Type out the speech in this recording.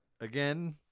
again